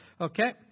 Okay